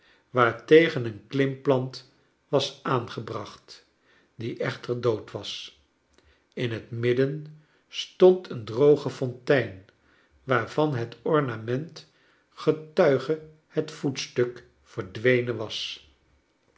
waartegen een klimplant was aangebracht r die echter dood was in het midden stond een droge fontein waarvan het ornament getuige het voetstuk verdwenen was